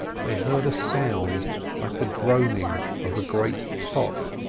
they heard a sound like the droning of a great top.